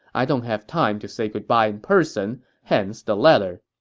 i don't have time to say goodbye in person, hence the letter